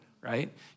right